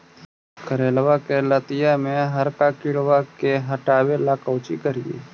करेलबा के लतिया में हरका किड़बा के हटाबेला कोची करिए?